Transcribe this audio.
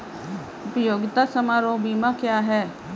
उपयोगिता समारोह बीमा क्या है?